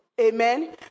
Amen